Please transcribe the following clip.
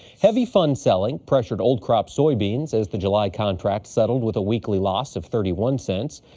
heavy fund selling pressured old crop soybeans as the july contract settled with a weekly loss of thirty one cents.